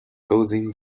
causing